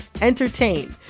entertain